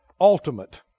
ultimate